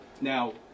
Now